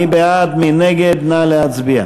אם כן, 22 בעד, אין מתנגדים, אין נמנעים.